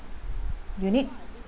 you need